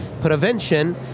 prevention